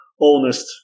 honest